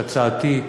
הצעתי,